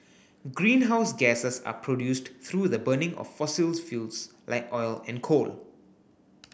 greenhouses gases are produced through the burning of fossil fuels like oil and coal